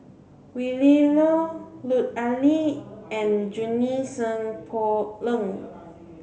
Willin Low Lut Ali and Junie Sng Poh Leng